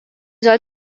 soll